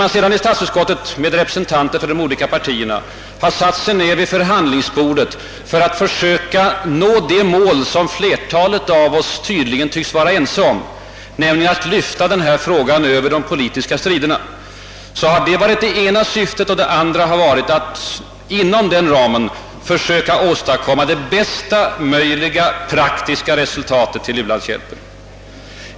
vi sedan i statsutskottet har satt oss ned vid förhandlingsbordet har syftet bl.a. varit det som flertalet av representanterna för de olika partierna tycks vara ense om, nämligen att lyfta frågan över de politiska striderna. Det andra syftet har varit att fastställa en ram inom vilken bästa möjliga praktiska resultat av u-landshjälpen kan åstadkommas.